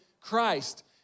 Christ